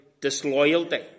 disloyalty